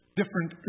different